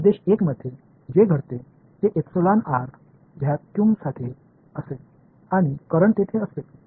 प्रदेश 1 मध्ये जे घडते ते एप्सिलॉन आर व्हॅक्यूमसाठी असेल आणि करंट तेथे असेल